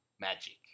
magic